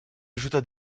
ajouta